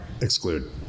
exclude